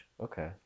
Okay